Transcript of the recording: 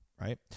right